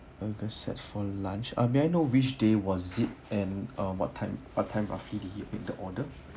burger set for lunch ah may I know which day was it and uh what time what time roughly did you make the order